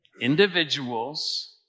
Individuals